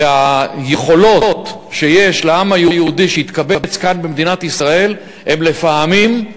והיכולות שיש לעם היהודי שהתקבץ כאן במדינת ישראל הם לפעמים,